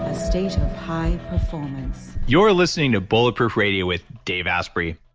a state of high performance you're listening to bulletproof radio with dave asprey.